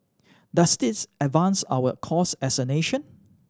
does this advance our cause as a nation